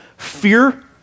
fear